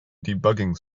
debugging